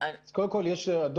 קודם כל,